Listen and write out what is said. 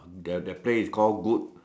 the the place is called good